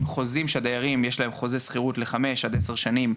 עם חוזים שהדיירים יש להם חוזה שכירות לחמש עד עשר שנים,